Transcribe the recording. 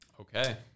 Okay